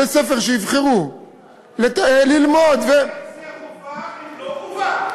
בתי-ספר שיבחרו ללמוד, איך זה חובה אם זה לא חובה?